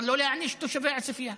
אבל לא להעניש את תושבי עוספיא,